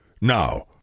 Now